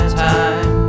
time